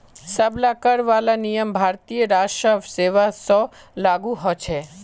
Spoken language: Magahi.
सब ला कर वाला नियम भारतीय राजस्व सेवा स्व लागू होछे